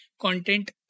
content